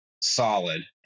solid